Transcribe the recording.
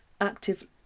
Active